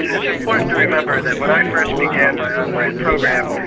it's important to remember that when i first began my online program,